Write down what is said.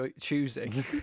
choosing